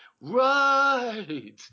right